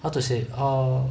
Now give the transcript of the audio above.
how to say err